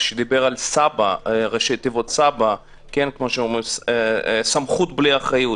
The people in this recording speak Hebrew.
שדיבר על ראשי תיבות סב"א סמכות בלי אחריות.